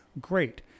Great